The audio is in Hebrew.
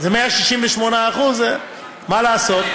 זה 168%. מה לעשות.